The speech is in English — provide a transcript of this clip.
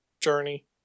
Journey